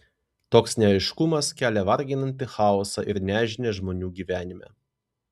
toks neaiškumas kelia varginantį chaosą ir nežinią žmonių gyvenime